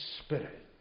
spirit